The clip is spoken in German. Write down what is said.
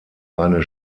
eine